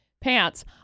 pants